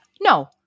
no